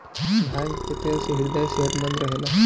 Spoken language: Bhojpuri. भांग के तेल से ह्रदय सेहतमंद रहेला